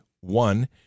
One